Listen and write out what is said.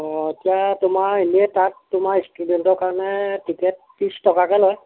অঁ এতিয়া তোমাৰ এনেই তাত তোমাৰ ষ্টুডেণ্টৰ কাৰণে টিকেট ত্ৰিছ টকাকৈ লয়